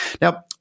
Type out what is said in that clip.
Now